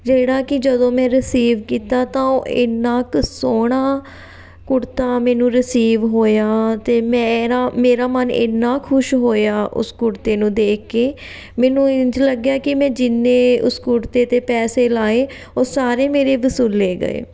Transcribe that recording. ਜਿਹੜਾ ਕਿ ਜਦੋਂ ਮੈਂ ਰਸੀਵ ਕੀਤਾ ਤਾਂ ਉਹ ਇੰਨਾਂ ਕੁ ਸੋਹਣਾ ਕੁੜਤਾ ਮੈਨੂੰ ਰਿਸੀਵ ਹੋਇਆ ਅਤੇ ਮੇਰਾ ਮੇਰਾ ਮਨ ਇੰਨਾਂ ਖੁਸ਼ ਹੋਇਆ ਉਸ ਕੁੜਤੇ ਨੂੰ ਦੇਖ ਕੇ ਮੈਨੂੰ ਇੰਝ ਲੱਗਿਆ ਕਿ ਮੈਂ ਜਿੰਨੇ ਉਸ ਕੁੜਤੇ 'ਤੇ ਪੈਸੇ ਲਾਏ ਉਹ ਸਾਰੇ ਮੇਰੇ ਵਸੂਲੇ ਗਏ